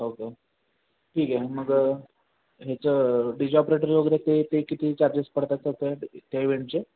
okay ठीक आहे मग ह्याचं डिजीऑपरेटर वगैरे ते ते किती चार्जेस पडतात तर त्या एव्हेंटचे